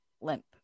limp